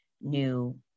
new